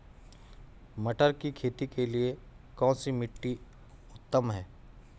मटर की खेती के लिए कौन सी मिट्टी उत्तम है?